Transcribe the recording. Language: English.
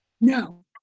No